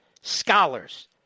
scholars